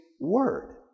word